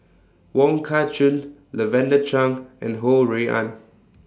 Wong Kah Chun Lavender Chang and Ho Rui An